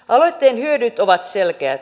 aloitteen hyödyt ovat selkeät